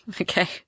Okay